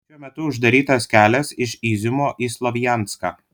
šiuo metu uždarytas kelias iš iziumo į slovjanską